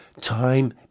time